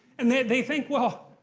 and they they think well,